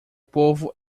povo